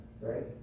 right